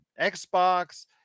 Xbox